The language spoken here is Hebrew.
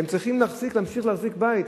הם צריכים להמשיך להחזיק בית.